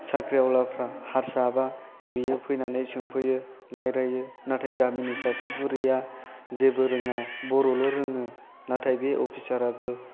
साख्रिआवलाफ्रा हारसाबा बियो फैनानै सोंफैयो रायज्लायो नाथाय गामिनि सासे बुरिया जेबो रोङा बर'ल' रोङो नाथाय बे अफिसार आबो